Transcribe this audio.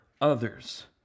others